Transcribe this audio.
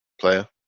player